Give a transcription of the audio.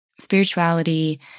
Spirituality